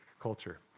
Culture